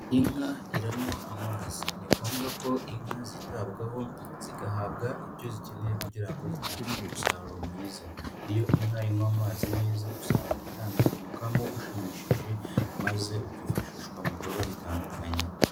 Inka iranywa amazi ni ngombwa ko inka zitabwaho zigahabwa ibyo zikeneye kugira ngo zitange umusaruro mwiza, iyo inka inywa amazi neza usanga itanga umukamo ushimishije maze ukifashishwa mu bikorwa bitandukanye.